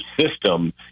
system